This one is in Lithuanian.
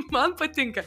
man patinka